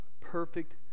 perfect